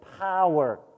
power